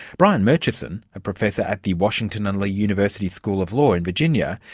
brian murchison, a professor at the washington and lee university school of law in virginia,